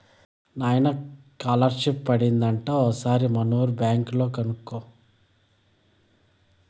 నాయనా కాలర్షిప్ పడింది అంట ఓసారి మనూరి బ్యాంక్ లో కనుకో